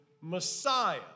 Messiah